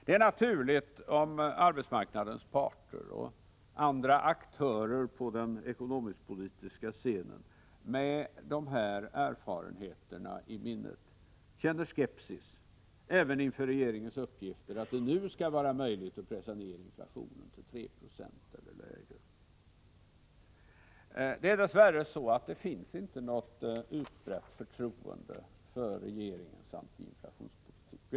Det är naturligt om arbetsmarknadens parter och andra aktörer på den ekonomisk-politiska scenen med dessa erfarenheter i minnet känner skepsis även inför regeringens uppgifter i år, att det nu skall vara möjligt att pressa ner inflationen till 3 2 eller lägre. Det är dess värre så att det inte finns något utbrett förtroende för regeringens antiinflationspolitik.